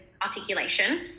articulation